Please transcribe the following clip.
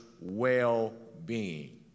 well-being